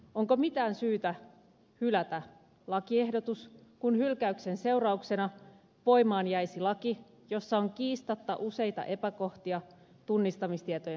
onko mitään syytä hylätä lakiehdotus kun hylkäyksen seurauksena voimaan jäisi laki jossa on kiistatta useita epäkohtia tunnistamistietojen seurannassa